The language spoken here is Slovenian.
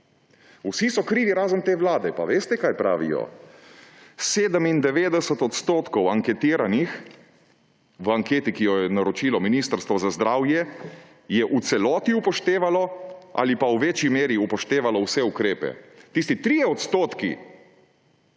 Vsi so krivi − razen te vlade. Pa veste, kaj pravijo? 97 % anketiranih v anketi, ki jo je naročilo Ministrstvo za zdravje, je v celoti upoštevalo ali pa v večji meri upoštevalo vse ukrepe. Tisti 3 % pa so